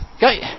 go